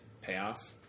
payoff